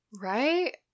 Right